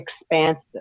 expansive